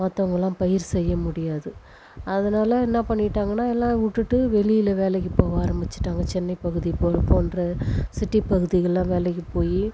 மற்றவங்களாம் பயிர் செய்ய முடியாது அதனால் என்ன பண்ணிட்டாங்கன்னா எல்லாம் விட்டுட்டு வெளியில் வேலைக்கு போக ஆரமிச்சுட்டாங்க சென்னை பகுதி போன்ற சிட்டி பகுதிகளல்லாம் வேலைக்கு போய்